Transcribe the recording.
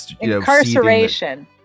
Incarceration